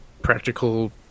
practical